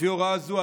לפי הוראה זו,